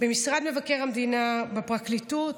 במשרד מבקר המדינה, בפרקליטות,